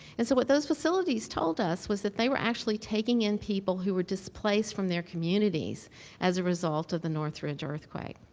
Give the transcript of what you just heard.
and, so, what those facilities told us was that they were actually taking in people who were displaced from their communities as a result of the northridge earthquake.